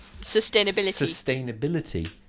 sustainability